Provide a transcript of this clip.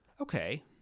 Okay